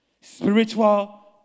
Spiritual